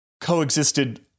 coexisted